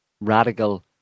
radical